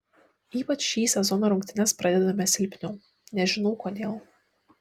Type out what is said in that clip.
ypač šį sezoną rungtynes pradedame silpniau nežinau kodėl